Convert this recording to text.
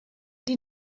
die